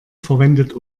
verwendet